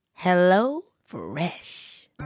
HelloFresh